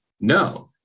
no